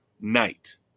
night